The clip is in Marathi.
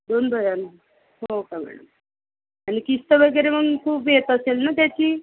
दोन भरावं हो का मॅडम आणि किश्त वगैरे मग खूप येत असेल ना त्याची